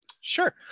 Sure